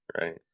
right